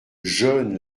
jeunes